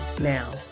now